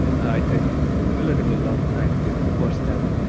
i take relatively long time to even force that.